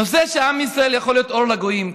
נושא שעם ישראל יכול להיות אור לגויים בו,